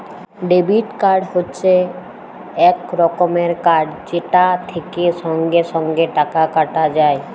debit card হচ্যে এক রকমের কার্ড যেটা থেক্যে সঙ্গে সঙ্গে টাকা কাটা যায়